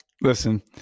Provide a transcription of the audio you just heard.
Listen